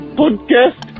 podcast